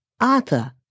Arthur